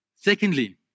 Secondly